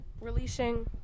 releasing